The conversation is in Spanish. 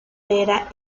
era